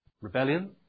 rebellion